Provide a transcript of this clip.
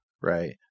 Right